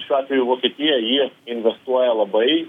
šiuo atveju vokietija ji investuoja labai